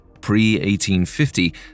Pre-1850